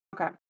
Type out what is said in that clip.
Okay